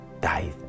died